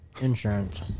Insurance